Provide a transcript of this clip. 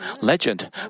legend